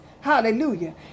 hallelujah